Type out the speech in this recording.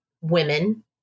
women